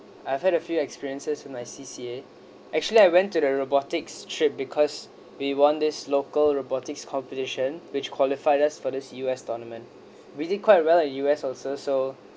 I've had a few experiences with my C_C_A actually I went to the robotics trip because we want this local robotics competition which qualified us for this U_S tournament we did quite well in U_S also so